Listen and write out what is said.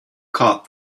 caught